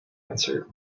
answered